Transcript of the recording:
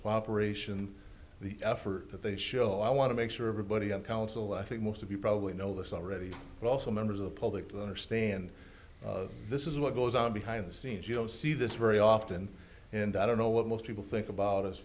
cooperation the effort that they show i want to make sure everybody in council i think most of you probably know this already but also members of the public to understand this is what goes on behind the scenes you don't see this very often and i don't know what most people think about as